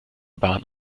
bahn